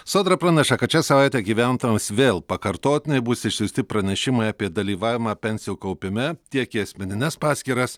sodra praneša kad šią savaitę gyventojams vėl pakartotinai bus išsiųsti pranešimai apie dalyvavimą pensijų kaupime tiek į asmenines paskyras